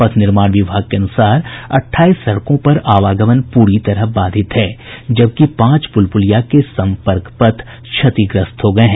पथ निर्माण विभाग के अनुसार अट्ठाईस सड़कों पर आवागमन प्री तरह बाधित हैं जबकि पांच पुल पुलिया के सम्पर्क पथ क्षतिग्रस्त हो गये हैं